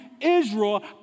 Israel